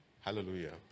Hallelujah